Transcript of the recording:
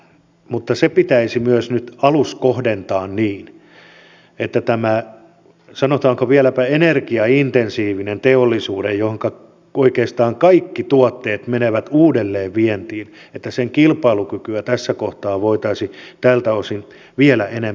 mutta se pitäisi myös nyt aluskohdentaa niin että tämän sanotaanko vieläpä energiaintensiivisen teollisuuden jonka oikeastaan kaikki tuotteet menevät uudelleen vientiin kilpailukykyä tässä kohtaa voitaisiin tältä osin vielä enemmän parantaa